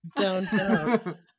downtown